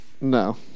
No